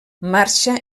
marxa